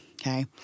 Okay